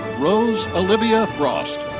rose olivia frost.